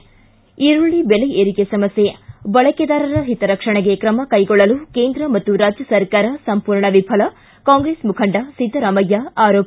ಿಗಿ ಈರುಳ್ಳಿ ಬೆಲೆ ಏರಿಕೆ ಸಮಸ್ಯೆ ಬಳಕೆದಾರರ ಹಿತರಕ್ಷಣೆಗೆ ತ್ರಮ ಕೈಗೊಳ್ಳಲು ಕೇಂದ್ರ ಮತ್ತು ರಾಜ್ಯ ಸರ್ಕಾರ ಸಂಪೂರ್ಣ ವಿಫಲ ಕಾಂಗ್ರೆಸ್ ಮುಖಂಡ ಸಿದ್ದರಾಮಯ್ಯ ಆರೋಪ